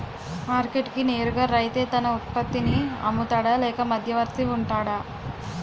Market కి నేరుగా రైతే తన ఉత్పత్తి నీ అమ్ముతాడ లేక మధ్యవర్తి వుంటాడా?